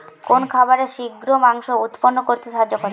কোন খাবারে শিঘ্র মাংস উৎপন্ন করতে সাহায্য করে?